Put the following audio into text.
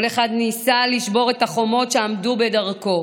כל אחד ניסה לשבור את החומות שעמדו בדרכו